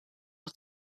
aus